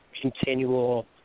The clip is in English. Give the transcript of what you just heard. continual